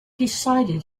decided